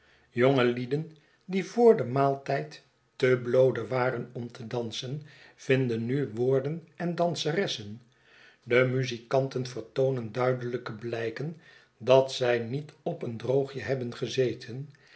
jongelieden die voor den maaltijd te bloode waren om te dansen vinden nu woorden en danseressen de muzikanten vertoonen duidelijke blijken dut zij niet op een droogje hebben gezeten